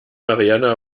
marianne